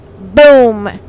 boom